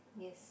yes